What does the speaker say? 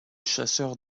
chasseurs